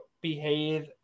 behave